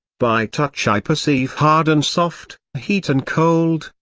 by touch i perceive hard and soft, heat and cold,